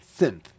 synth